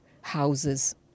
houses